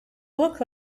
looked